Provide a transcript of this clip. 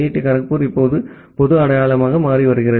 D Kharagpur இப்போது பொது அடையாளமாக மாறி வருகிறது